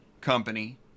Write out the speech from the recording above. company